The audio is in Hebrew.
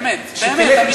באמת, אמיתי.